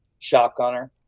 shotgunner